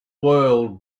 world